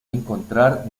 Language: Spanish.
encontrar